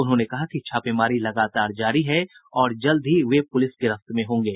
उन्होंने कहा कि छापेमारी लगातार जारी है और जल्द ही चंद्रशेखर वर्मा पुलिस गिरफ्त में होंगे